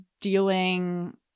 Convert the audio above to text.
dealing